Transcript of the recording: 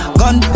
gun